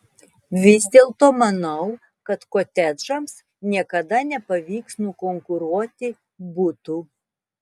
vis dėlto manau kad kotedžams niekada nepavyks nukonkuruoti butų